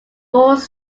force